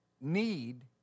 need